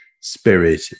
spirit